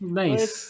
nice